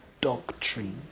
doctrine